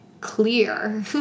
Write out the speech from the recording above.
clear